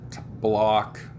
block